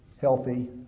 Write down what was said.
healthy